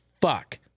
fuck